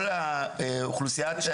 כל מי שרוצה ואומר שהוא צריך שיחה.